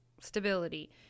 stability